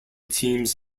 teams